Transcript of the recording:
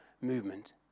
movement